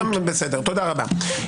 תודה רבה.